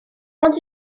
ond